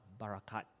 Barakat